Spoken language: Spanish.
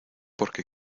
porque